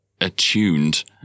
attuned